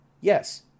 Yes